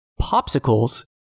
popsicles